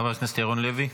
חבר הכנסת ירון לוי.